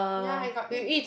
ya I got eat